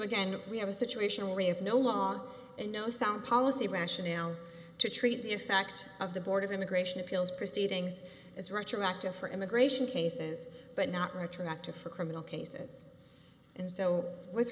again we have a situation where you have no law and no sound policy rationale to treat the effect of the board of immigration appeals proceedings as retroactive for immigration cases but not retroactive for criminal cases and so with